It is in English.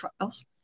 trials